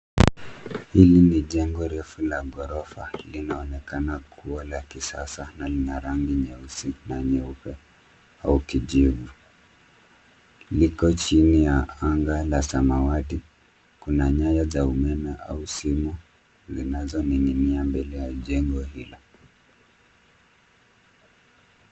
Hili ni jengo refu la ghorofa linaonekana kuwa la kisasa na lina rangi nyeusi na nyeupe au kijivu. Liko chini ya anga la samawati. Kuna nyaya za umeme au simu zinazoning'inia mbele ya jengo hilo.